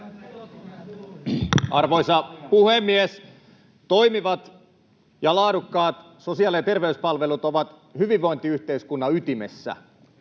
Arvoisa puhemies! Toimivat ja laadukkaat sosiaali- ja terveyspalvelut ovat hyvinvointiyhteiskunnan ytimessä